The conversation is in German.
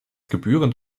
gebührend